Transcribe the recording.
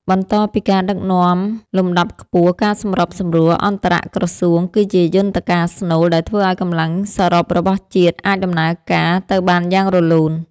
បន្តពីការដឹកនាំលំដាប់ខ្ពស់ ការសម្របសម្រួលអន្តរក្រសួងគឺជាយន្តការស្នូលដែលធ្វើឱ្យកម្លាំងសរុបរបស់ជាតិអាចដំណើរការទៅបានយ៉ាងរលូន។